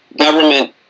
government